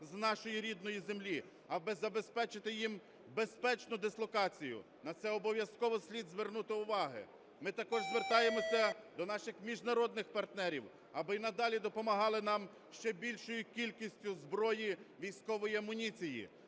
з нашої рідної землі, аби забезпечити їм безпечну дислокацію. На це обов'язково слід звернути увагу. Ми також звертаємося до наших міжнародних партнерів, аби і надалі допомагали нам ще більшою кількістю зброї військової амуніції,